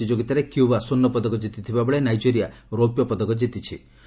ଏହି ପ୍ରତିଯୋଗିତାରେ କ୍ୟବା ସ୍ୱର୍ଷପଦକ କିତିଥିଲାବେଳେ ନାଇଜେରିଆ ରେରିପ୍ୟ ପଦକ ଜିତିଛି